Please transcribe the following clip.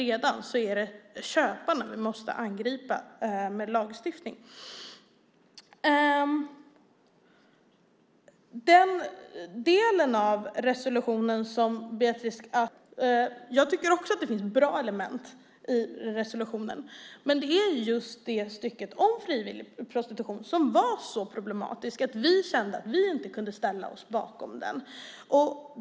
Jag tycker också att det finns bra element i den del av resolutionen som Beatrice Ask föredrog. Men det är just stycket om frivillig prostitution som är så problematisk att vi kände att vi inte kunde ställa oss bakom den.